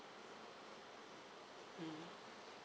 mm